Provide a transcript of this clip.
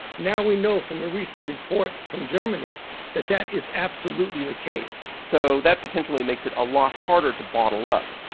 now we know from a recent report from germany that that is absolutely the case so that potentially makes it a lot harder to bottle up.